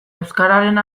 euskararena